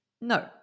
No